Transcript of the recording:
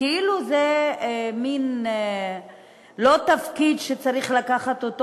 כאילו זה לא מין תפקיד שצריך לקחת אותו